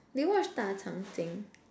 do you watch 大长今